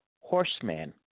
horseman